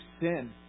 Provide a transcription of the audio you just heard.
sin